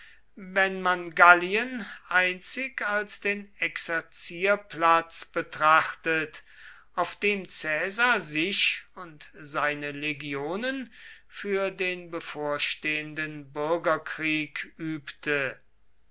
wenn man gallien einzig als den exerzierplatz betrachtet auf dem caesar sich und seine legionen für den bevorstehenden bürgerkrieg übte